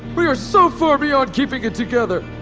we are so far beyond keeping it together!